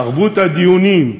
תרבות הדיונים,